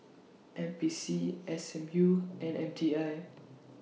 N P C S M U and M T I